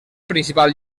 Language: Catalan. principal